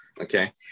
Okay